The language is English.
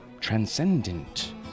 transcendent